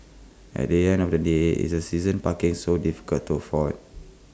at the end of the day is that season parking so difficult to afford